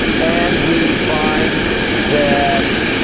and we find that